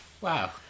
Wow